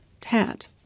Tat